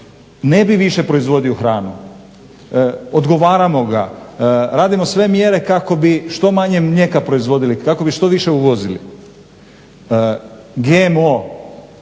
ne bi više proizvodio hranu, odgovaramo ga, radimo sve mjere kako bi što manje mlijeka proizvodili, kako bi što više uvozili. GMO